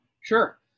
sure